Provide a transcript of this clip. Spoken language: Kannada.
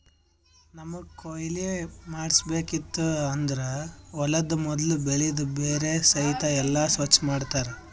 ನಮ್ಮಗ್ ಕೊಯ್ಲಿ ಮಾಡ್ಸಬೇಕಿತ್ತು ಅಂದುರ್ ಹೊಲದು ಮೊದುಲ್ ಬೆಳಿದು ಬೇರ ಸಹಿತ್ ಎಲ್ಲಾ ಸ್ವಚ್ ಮಾಡ್ತರ್